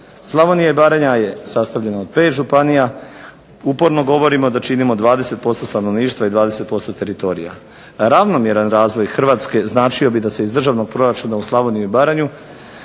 Slavonija i Baranja je sastavljena od pet županija. Uporno govorimo da činimo 20% stanovništva i 20% teritorija. Ravnomjeran razvoj Hrvatske značio bi da se iz državnog proračuna u Slavoniju i Baranju